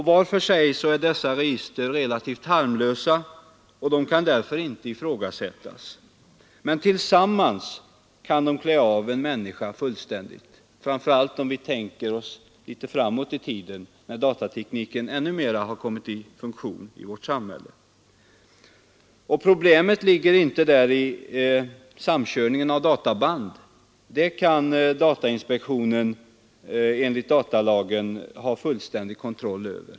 Vart för sig är dessa register relativt harmlösa och kan inte ifrågasättas. Men tillsammans kan de klä av en människa fullständigt, framför allt om vi tänker oss framåt i tiden när datatekniken ännu mer trätt i funktion i vårt samhälle. Problemet ligger inte i samkörningen av databand — den kan datainspektionen enligt datalagen ha fullständig kontroll över.